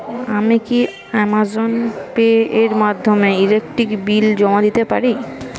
আমি কি Amazon Pay এর মাধ্যমে ইলেকট্রিক বিল জমা দিতে পারি?